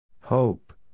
Hope